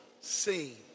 seen